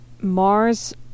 Mars